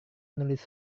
menulis